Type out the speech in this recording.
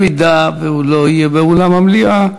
אם הוא לא יהיה באולם המליאה,